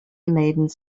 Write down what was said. maidens